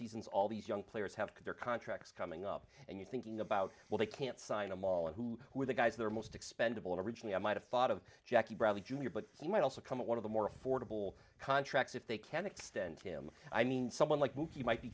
seasons all these young players have their contracts coming up and you're thinking about well they can't sign them all and who were the guys that are most expendable originally i might have thought of jackie bradley jr but he might also come at one of the more affordable contracts if they can extend him i mean someone like nuki might be